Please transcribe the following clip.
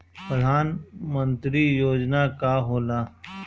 परधान मंतरी योजना का होला?